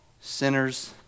sinners